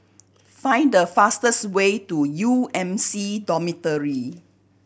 find the fastest way to U M C Dormitory